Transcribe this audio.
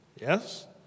Yes